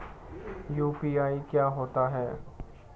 UPI क्या होता है?